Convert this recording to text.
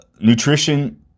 nutrition